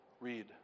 read